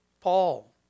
Paul